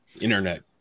internet